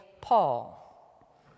Paul